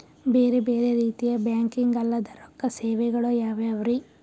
ಬೇರೆ ಬೇರೆ ರೀತಿಯ ಬ್ಯಾಂಕಿಂಗ್ ಅಲ್ಲದ ರೊಕ್ಕ ಸೇವೆಗಳು ಯಾವ್ಯಾವ್ರಿ?